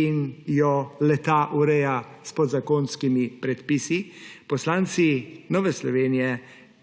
in jo le-ta ureja s podzakonskimi predpisi, poslanci Nove Slovenije -